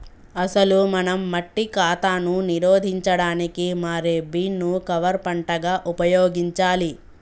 అసలు మనం మట్టి కాతాను నిరోధించడానికి మారే బీన్ ను కవర్ పంటగా ఉపయోగించాలి